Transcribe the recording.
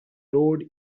road